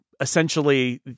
essentially